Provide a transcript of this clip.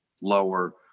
lower